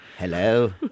hello